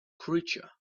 creature